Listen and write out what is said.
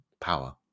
power